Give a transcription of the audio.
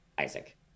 Isaac